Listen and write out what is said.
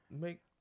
make